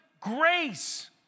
grace